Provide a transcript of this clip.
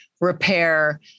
Repair